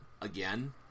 again